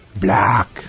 Black